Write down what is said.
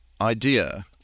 idea